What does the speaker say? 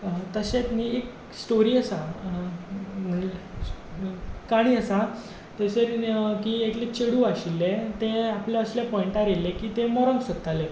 तशेंत न्हय एक स्टोरी आसा काणी आसा थंयसर की एकलें चेडूं आशिल्लें तें आपल्या असल्या पॉयण्टार आयिल्लें की तें मरूंक सोदतालें